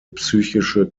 psychische